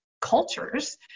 cultures